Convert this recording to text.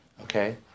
Okay